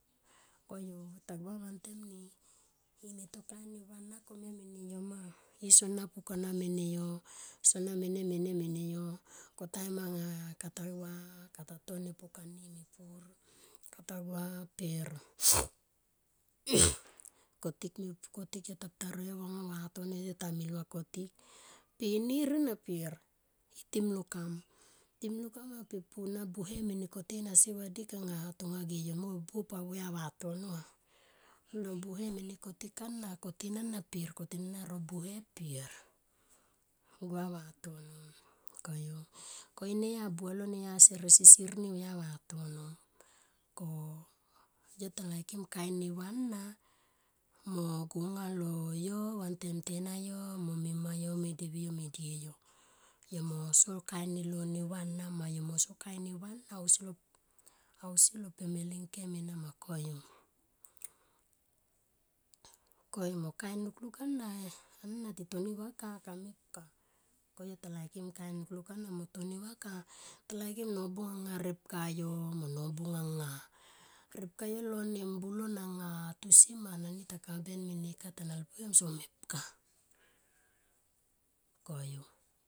Koyu ko yota gua vantem ni, i meto kain neva mene yo ma iso na pukana mene yo sona mene, mene, mene yo ko taim anga katagua katone pukani mepur katagua per kotik yo pu taroye aunga vatono ta mil va kotik per inir enaper timlolkam na per iputi na buhe mene koten asi vadik anga tonga de yo buo auya vatona ina buhe mene kotik ana koten ana per koten ana ro buhe per neva vatono koyu. Ko inoya buhelon neya karasisir ni auya vatono. Ko yota laikim kain neva ana go ngalo yo vantem tenayo mo mimayo me devi yo me die yo mo yo mo so kain neva anama yomo si kain neva ana ausi lo pemeli ngkem koyu ko kain lukluk anati tonivaka kamepka ko yota laikim kain lukluk ana mo tonivaka ta laikim nobung anga ripka yo nobung anga ripka yo lo mbulon anga tosi ma nanitaka ben mene kata nalpuyo em so mepka koyu.